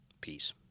Peace